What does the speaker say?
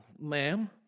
ma'am